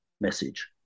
message